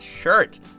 shirt